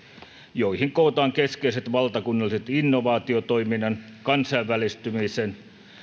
joihin kootaan keskeiset valtakunnalliset innovaatiotoiminnan kansainvälistymisen